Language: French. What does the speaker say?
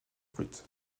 brut